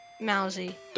Mousy